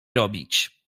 robić